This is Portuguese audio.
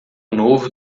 novo